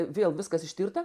vėl viskas ištirta